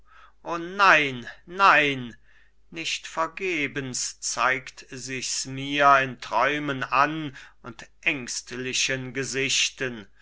o nein nein nicht vergebens zeigt sichs mir in träumen an und ängstlichen gesichten